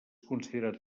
considerat